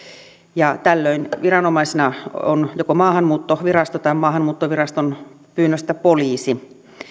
ja tällöin viranomaisena on joko maahanmuuttovirasto tai maahanmuuttoviraston pyynnöstä poliisi